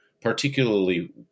particularly